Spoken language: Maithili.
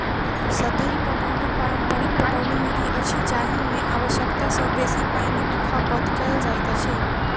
सतही पटौनी पारंपरिक पटौनी विधि अछि जाहि मे आवश्यकता सॅ बेसी पाइनक खपत कयल जाइत अछि